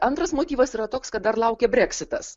antras motyvas yra toks kad dar laukia breksitas